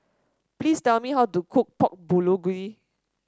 please tell me how to cook Pork Bulgogi